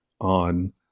on